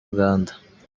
uganda